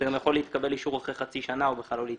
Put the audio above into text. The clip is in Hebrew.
יכול להתקבל אישור אחרי חצי שנה או בכלל לא להתקבל.